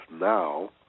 now